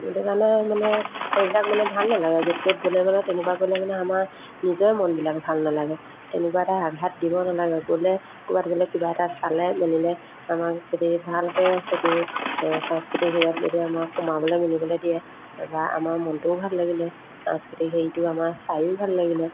সেইটোকাৰণে মানে সেইবিলাক মানে ভাল নালাগে য'ত ত'ত গ'লে মানে তেনেকুৱা কৰিলে মানে আমাৰ নিজৰে মনবিলাক ভাল নালাগে তেনেকুৱা এটা আঘাত দিব নালাগে গ'লে ক'ৰবাত গ'লে কিবা এটা চালে মেলিলে আমাক যদি ভালকৈ সেইটো সাংস্কৃতিক হেৰিয়ত যদি আমাক সোমাবলৈ মিনিবলৈ দিয়ে বা আমাৰ মনটোও ভাল লাগিলে সাংস্কৃতিক হেৰিটো আমাৰ চাইয়ো ভাল লাগিলে